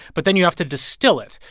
but then you have to distill it.